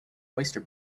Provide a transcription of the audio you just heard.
oyster